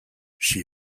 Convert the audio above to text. she